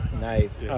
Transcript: Nice